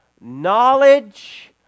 knowledge